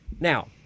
Now